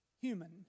Human